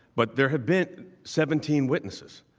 but there have been seventeen witnesses.